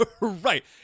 Right